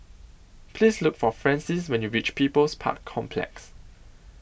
Please Look For Francis when YOU REACH People's Park Complex